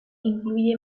incluye